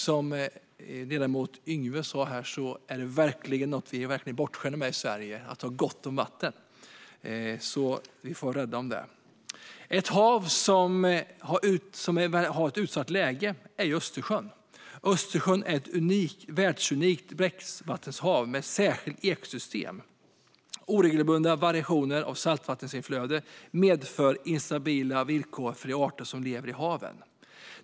Som ledamoten Yngwe sa är vi i Sverige verkligen bortskämda med att ha gott om vatten, så vi får vara rädda om det. Östersjön är ett hav som har ett utsatt läge. Östersjön är ett världsunikt bräckvattenhav med ett särskilt ekosystem. Oregelbundna variationer i saltvatteninflödet medför instabila villkor för de arter som lever i havet.